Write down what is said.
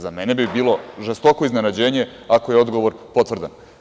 Za mene bi bilo žestoko iznenađenje ako je odgovor potvrdan.